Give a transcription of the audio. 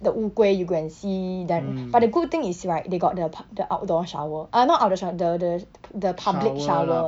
the 乌龟 you go and see them but the good thing is right they got the pub~ the outdoor shower ah not outdoor shower the the p~ the public shower